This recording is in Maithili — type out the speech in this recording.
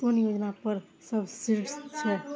कुन योजना पर सब्सिडी छै?